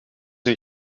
een